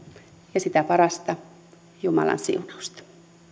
ja sitä parasta jumalan siunausta